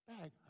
bag